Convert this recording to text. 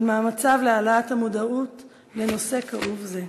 על מאמציו להעלאת המודעות לנושא כאוב זה.